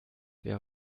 wäre